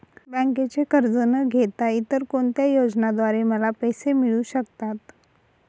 बँकेचे कर्ज न घेता इतर कोणत्या योजनांद्वारे मला पैसे मिळू शकतात?